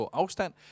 afstand